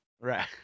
Right